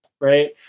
right